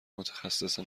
متخصص